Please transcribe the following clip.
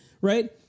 right